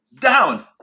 down